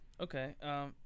Okay